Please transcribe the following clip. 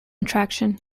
attraction